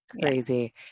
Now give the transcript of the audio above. Crazy